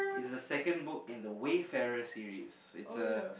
it's the second book in the wayfairer series it's a